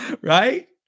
Right